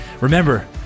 Remember